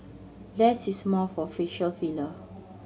less is more for facial filler